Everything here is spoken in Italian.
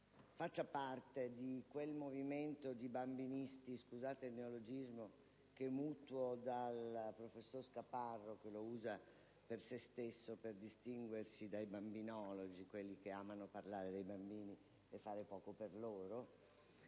faccia parte di quel movimento di "bambinisti" (scusate il neologismo che mutuo dal professor Scaparro che lo usa per se stesso per distinguersi dai "bambinologi", quelli che amano parlare dei bambini e fare poco per loro),